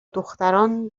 دختران